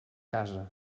casa